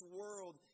world